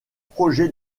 projets